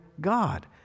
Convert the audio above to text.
God